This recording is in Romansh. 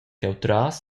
cheutras